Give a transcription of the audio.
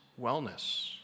wellness